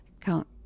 count